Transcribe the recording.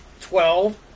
twelve